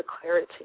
clarity